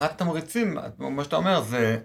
...נת תמריצים, כמו שאתה אומר, זה...